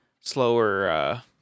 slower